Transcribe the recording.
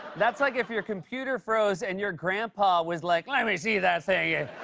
that's like if your computer froze and your grandpa was like, let me see that thing.